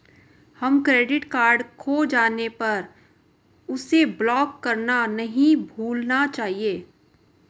हमें credit card खो जाने पर उसे ब्लॉक करना नहीं भूलना चाहिए